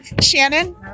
Shannon